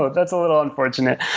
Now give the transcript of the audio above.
that's a little unfortunate.